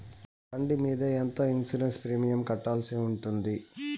బండి మీద ఎంత ఇన్సూరెన్సు ప్రీమియం కట్టాల్సి ఉంటుంది?